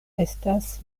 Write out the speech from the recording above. estas